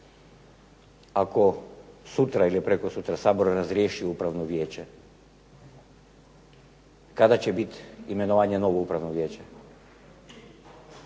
Ako sutra ili prekosutra Sabor razriješi Upravno vijeće kada će biti imenovanje novog Upravnog vijeća?